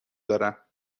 دارم